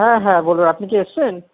হ্যাঁ হ্যাঁ বলুন আপনি কি এসছেন